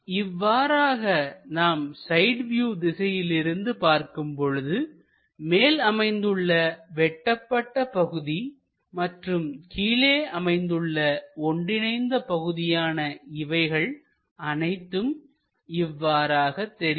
இவ்வாறாக நாம் side view திசையிலிருந்து பார்க்கும் பொழுது மேல் அமைந்துள்ள வெட்டப்பட்ட பகுதி மற்றும் கீழே அமைந்துள்ள ஒன்றிணைந்த பகுதியான இவைகள் அனைத்தும் இவ்வாறாக தெரியும்